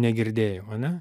negirdėjau ane